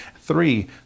Three